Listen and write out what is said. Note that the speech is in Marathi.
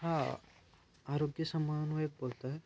हा आरोग्य समन्वयक बोलत आहे